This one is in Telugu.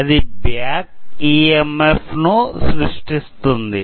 అది బ్యాక్ ఈఎంఎఫ్ సృష్టిస్తుంది